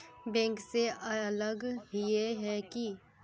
Bank से अलग हिये है की?